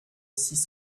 six